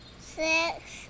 six